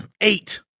eight